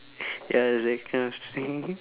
ya it's that kind of thing